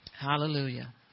Hallelujah